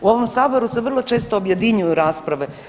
U ovom saboru se vrlo često objedinjuju rasprave.